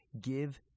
give